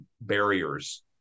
barriers